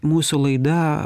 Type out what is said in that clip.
mūsų laida